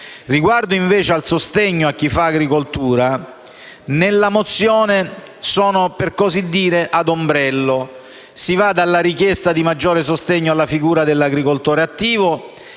Riguardo invece al sostegno a chi fa agricoltura, nella mozione si chiedono forme di tutela per così dire a ombrello: si va dalla richiesta di maggiore sostegno alla figura dell'agricoltore attivo